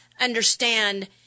understand